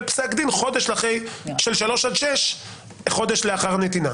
פסק דין חודש של שלוש עד שש חודש לאחר הנתינה.